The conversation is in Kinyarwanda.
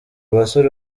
basore